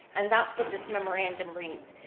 and that's what this memorandum reads.